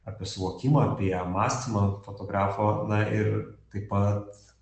apie suvokimą apie mąstymą fotografo na ir taip pat